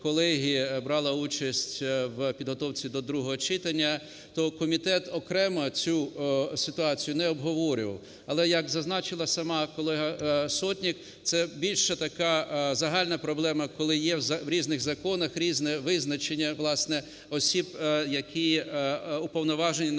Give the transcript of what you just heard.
брала участь в підготовці до другого читання, то комітет окремо цю ситуацію не обговорював. Але, як зазначила сама колега Сотник, це більше така загальна проблема, коли є в різних законах різне визначення, власне, осіб, які уповноважені на